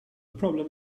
problem